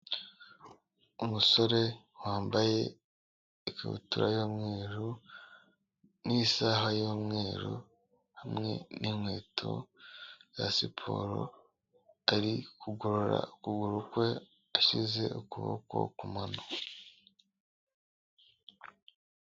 Umusore wambaye ikabutura y'umweru n'isaha y'umweru hamwe n'inkweto za siporo, ari kugorora ukuguru kwe ashyize ukuboko ku mano.